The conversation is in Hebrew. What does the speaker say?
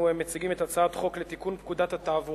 הצעת חוק לתיקון פקודת התעבורה